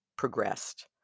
progressed